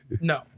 no